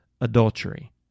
adultery